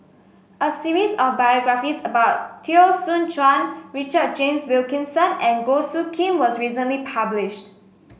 a series of biographies about Teo Soon Chuan Richard James Wilkinson and Goh Soo Khim was recently published